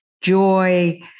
joy